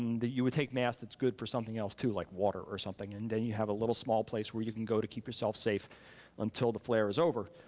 that you would take mass that's good for something else too, like water or something and then you have a little small place where you can go to keep yourself safe until the flare is over.